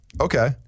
okay